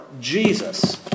Jesus